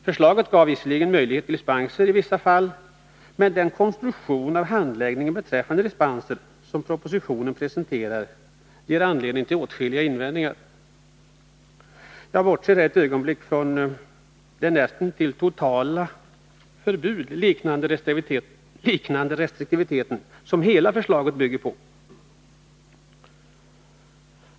Förslaget gav visserligen möjlighet till dispenser i vissa fall, men den konstruktion av handläggningen beträffande dispenser som presenteras i propositionen ger anledning till åtskilliga invändningar. Jag bortser då ett ögonblick ifrån den närmast ett totalt förbud liknande restriktivitet som hela förslaget bygger på.